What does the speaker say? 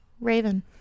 Raven